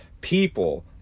people